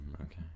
Okay